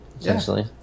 essentially